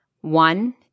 One